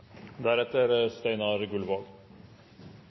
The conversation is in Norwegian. regjeringen. Steinar Gullvåg